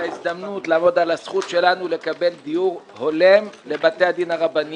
ההזדמנות לעמוד על הזכות שלנו לקבל דיור הולם לבתי הדין הרבניים,